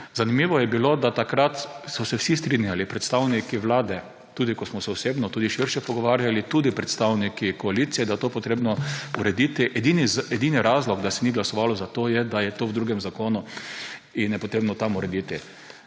Zanimivo je bilo, da takrat so se vsi strinjali, predstavniki Vlade, tudi ko smo se osebno tudi širše pogovarjali, tudi predstavniki koalicije, da je to treba urediti. Edini razlog, da se ni glasovalo za to, je, da je to v drugem zakonu in je treba tam urediti.